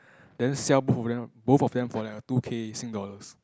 then sell both both of them for like a two K Sing dollars